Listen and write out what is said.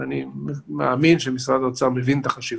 ואני מאמין שמשרד האוצר מבין את החשיבות.